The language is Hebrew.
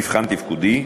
מבחן תפקודי,